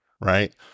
right